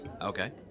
Okay